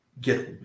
get